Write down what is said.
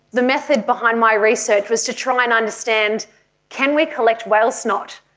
the method behind my research was to try and understand can we collect whale snot?